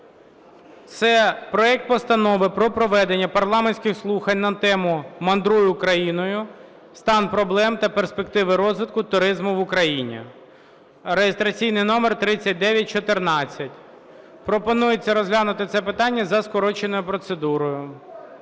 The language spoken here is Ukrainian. це проект Постанови про проведення парламентських слухань на тему: "Мандруй Україною: стан, проблеми та перспективи розвитку туризму в Україні" (реєстраційний номер 3914). Пропонується розглянути це питання за скороченою процедурою.